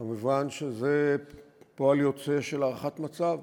זה כמובן פועל יוצא של הערכת מצב.